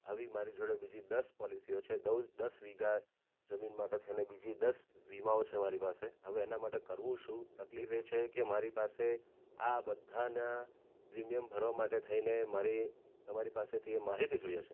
આવી મારી જોડે બીજી દસ પોલિસીઓ છે દસ વીઘા જમીન માટે થઈને બીજી દસ વીમાઓ છે મારી પાસે હવે એનાં માટે કરવું શું તકલીફ એ છે કે મારી પાસે આ બધાના પ્રીમિયમ ભરવા માટે થઈને મારે તમારી પાસેથી એ માહિતી જોઈએ છે